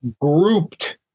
grouped